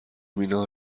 مینا